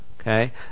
okay